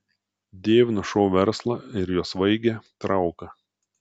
dievinu šou verslą ir jo svaigią trauką